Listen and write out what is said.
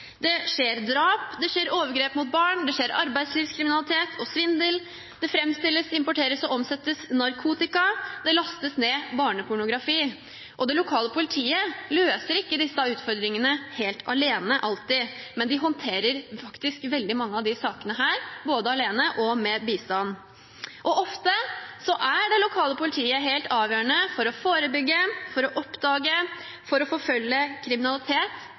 Det skjer drap, det skjer overgrep mot barn, det skjer arbeidslivskriminalitet og svindel, det framstilles, importeres og omsettes narkotika, det lastes ned barnepornografi. Det lokale politiet løser ikke disse utfordringene helt alene alltid, men de håndterer faktisk veldig mange av disse sakene både alene og med bistand. Ofte er det lokale politiet helt avgjørende for å forebygge, for å oppdage, for å forfølge kriminalitet